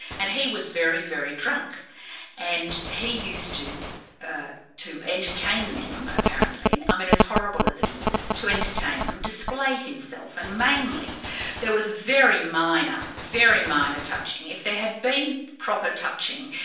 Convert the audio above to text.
and he was very, very drunk and he used to ah to entertain them, apparently, i mean as horrible as it is, to entertain them, display himself, and mainly there was very minor, very minor, touching. if there had been proper touching,